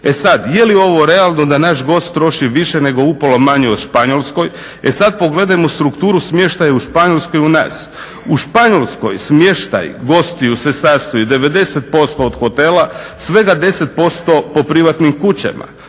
E sad je li ovo realno da naš gost troši više nego upola manje od Španjolskoj e sad pogledajmo strukturu smještaja u Španjolskoj i u nas. U španjolskoj smještaj gostiju se sastoji 90% od hotela, svega 10% po privatnim kućama.